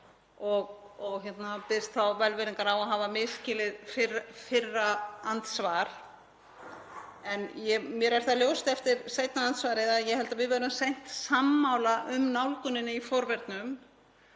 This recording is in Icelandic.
og biðst velvirðingar á því að hafa misskilið fyrra andsvar. Mér er það ljóst eftir seinna andsvarið að ég held að við verðum seint sammála um nálgunina í forvörnum.